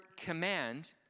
command